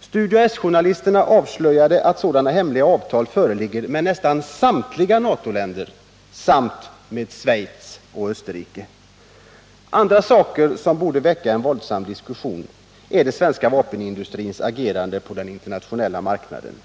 Studio S-journalisterna avslöjade att sådana hemliga avtal föreligger med nästan samtliga NATO-länder samt med Schweiz och Österrike. En annan sak som borde väcka en våldsam diskussion är den svenska vapenindustrins agerande på den internationella marknaden.